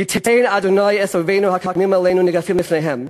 ייתן ה' את אויבינו הקמים עלינו ניגפים לפניהם.